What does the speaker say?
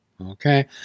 Okay